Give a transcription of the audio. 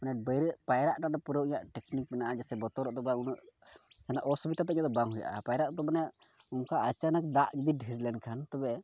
ᱵᱟᱭᱨᱮ ᱯᱟᱭᱨᱟᱜ ᱨᱮᱱᱟᱜ ᱫᱚ ᱯᱩᱨᱟᱹ ᱤᱧᱟᱹᱜ ᱴᱮᱠᱱᱤᱠ ᱢᱮᱱᱟᱜᱼᱟ ᱡᱮᱭᱥᱮ ᱵᱚᱛᱚᱨᱚᱜ ᱫᱚ ᱵᱟᱭ ᱩᱱᱟᱹᱜ ᱢᱟᱱᱮ ᱚᱥᱩᱵᱤᱫᱷᱟ ᱫᱚ ᱤᱧᱟᱹᱜ ᱵᱟᱝ ᱦᱩᱭᱩᱜᱼᱟ ᱯᱟᱭᱨᱟᱜ ᱫᱚ ᱢᱟᱱᱮ ᱚᱱᱠᱟ ᱟᱪᱟᱱᱚᱠ ᱫᱟᱜ ᱡᱩᱫᱤ ᱰᱷᱮᱹᱨ ᱞᱮᱱᱠᱷᱟᱱ ᱛᱚᱵᱮ